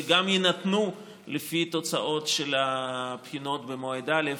וגם יינתנו לפי תוצאות של בחינות במועד א'